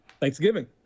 thanksgiving